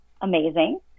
amazing